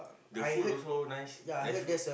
the food also nice nice food